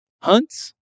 Hunt's